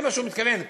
לזה הוא מתכוון,